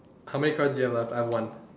how many cards do you have left I have one